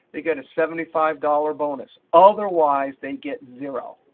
they get a seventy five dollars bonus. otherwise, they get zero.